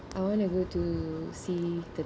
I want to go to see the